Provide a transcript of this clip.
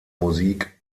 musik